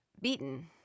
beaten